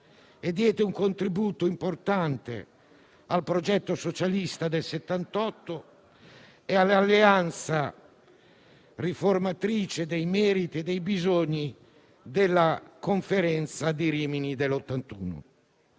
Diede un contributo importante al progetto socialista del 1978 e all'Alleanza riformatrice dei meriti e dei bisogni della conferenza di Rimini del